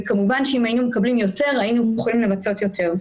כמובן שאם היינו מקבלים יותר היינו יכולים לבצע יותר.